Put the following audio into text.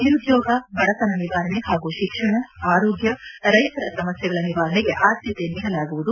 ನಿರುದ್ದೋಗ ಬಡತನ ನಿವಾರಣೆ ಹಾಗೂ ಶಿಕ್ಷಣ ಆರೋಗ್ಯ ರೈತರ ಸಮಸ್ಥೆಗಳ ನಿವಾರಣೆಗೆ ಆದ್ಯತೆ ನೀಡಲಾಗುವುದು